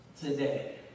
today